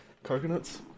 Coconuts